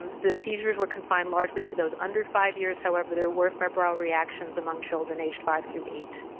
um the seizures were confined largely to those under five years, however, there were febrile reactions among children aged five through eight.